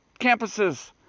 campuses